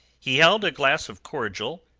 he held a glass of cordial,